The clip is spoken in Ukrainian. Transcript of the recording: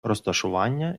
розташування